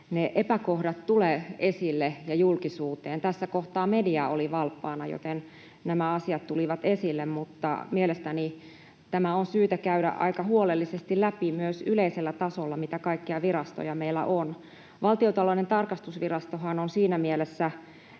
ne epäkohdat tule esille ja julkisuuteen. Tässä kohtaa media oli valppaana, joten nämä asiat tulivat esille, mutta mielestäni tämä on syytä käydä aika huolellisesti läpi myös yleisellä tasolla, mitä kaikkea virastoja meillä on. Valtiontalouden tarkastusvirastohan on siinä mielessä